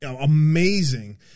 amazing